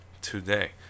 today